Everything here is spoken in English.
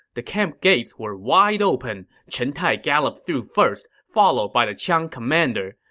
the camp gates were wide open. chen tai galloped through first, followed by the qiang commander.